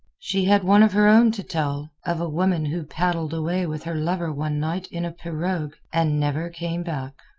she had one of her own to tell, of a woman who paddled away with her lover one night in a pirogue and never came back.